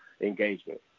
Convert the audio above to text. engagement